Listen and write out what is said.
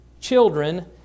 children